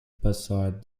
beside